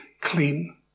clean